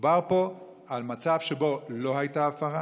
דובר פה על מצב שבו לא הייתה הפרה.